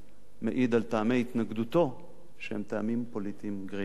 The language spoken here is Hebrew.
מעיד על טעמי התנגדותו שהם טעמים פוליטיים גרידא.